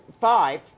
five